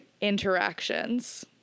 interactions